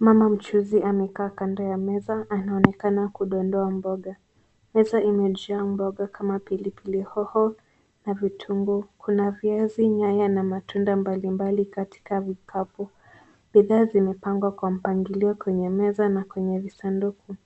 Mama mchuuzi amekaa kando ya meza, anaonekana kudondoa mboga. Meza imejaa mboga kama pilipili hoho na vitunguu. Kuna viazi, nyanya na matunda mbalimbali katika vikapu. Bidhaa zimepangwa kwa mpangilio kwenye meza na kwenye visanduku.